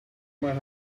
might